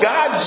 God